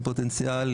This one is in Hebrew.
פוטנציאל,